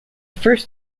first